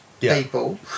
people